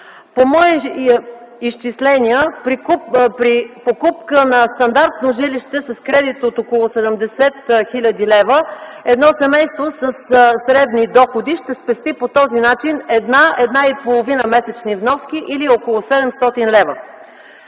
По мои изчисления при покупка на стандартно жилище с кредит от около 70 000 лв. едно семейство със средни доходи ще спести по този начин една – една и половина месечни вноски или около 700 лв.